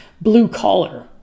blue-collar